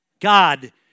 God